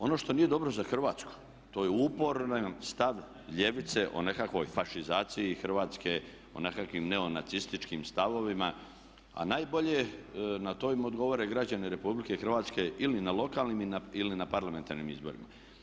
Ono to nije dobro za Hrvatsku, to je uporan stav ljevice o nekakvoj fašizaciji Hrvatske, o nekakvim neonacističkim stavovima, a najbolje na to im odgovaraju i građani RH ili na lokalnim ili na parlamentarnim izborima.